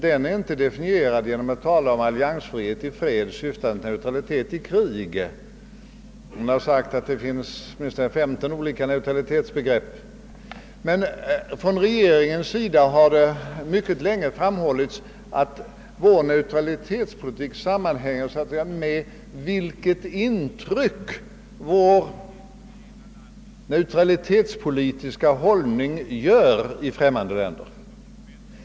Den är inte definierad genom att man talar om alliansfrihet i fred syftande till neutralitet i krig. Man har sagt att det finns åtminstone femton olika neutralitetsbegrepp. Från regeringens sida har det mycket länge framhållits att vår neutralitetspolitik sammanhänger med vilket intryck vår neutralitetspolitiska hållning gör i främmande länder.